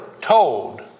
told